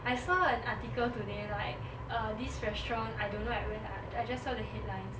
I saw an article today like err this restaurant I don't know at where I just saw the headline